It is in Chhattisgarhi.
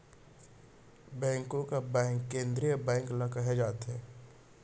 बेंको का बेंक केंद्रीय बेंक ल केहे जाथे